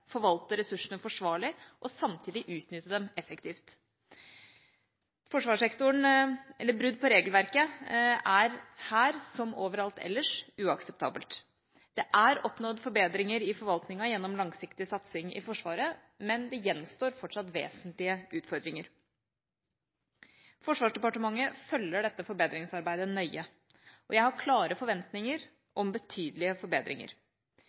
ressursene forsvarlig og samtidig utnytte dem effektivt. Brudd på regelverket er her, som overalt ellers, uakseptabelt. Det er oppnådd forbedringer i forvaltningen gjennom langsiktig satsing i Forsvaret, men det gjenstår fortsatt vesentlige utfordringer. Forsvarsdepartementet følger dette forbedringsarbeidet nøye, og jeg har klare forventninger om betydelige forbedringer.